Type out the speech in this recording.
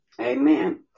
Amen